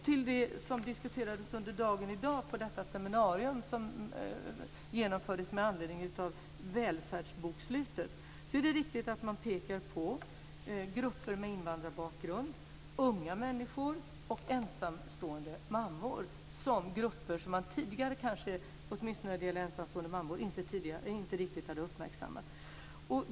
Till det som diskuterades i dag på detta seminarium, som genomfördes med anledning av välfärdsbokslutet, hörde att det är viktigt att peka på grupper med invandrarbakgrund, unga människor och ensamstående mammor. Det är grupper som man tidigare kanske, åtminstone när det gäller ensamstående mammor, inte riktigt uppmärksammat.